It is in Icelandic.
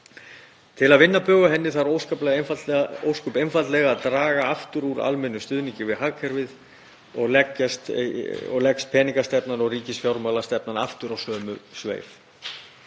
Til að vinna bug á henni þarf ósköp einfaldlega að draga aftur úr almennum stuðningi við hagkerfið og leggjast peningastefnan og ríkisfjármálastefnan aftur á sömu sveif.